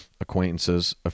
acquaintances